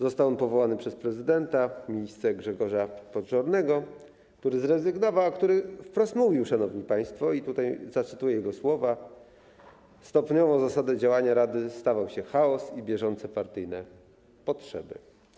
Został on powołany przez prezydenta na miejsce Grzegorza Podżornego, który zrezygnował, a który wprost mówił, szanowni państwo - tutaj zacytuję jego słowa - że stopniowo zasadą działania rady stawał się chaos i bieżące partyjne potrzeby.